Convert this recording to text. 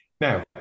Now